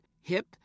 hip